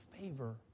favor